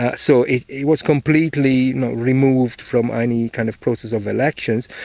ah so it it was completely removed from any kind of process of elections.